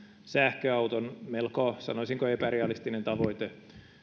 sähköauton sanoisinko melko epärealistinen tavoite